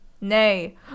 Nay